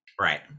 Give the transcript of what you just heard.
Right